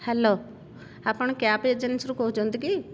hello ଆପଣ cab agency ରୁ କହୁଛନ୍ତି କି